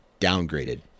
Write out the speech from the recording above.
downgraded